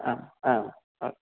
आ हा अस्तु